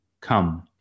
Come